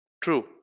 true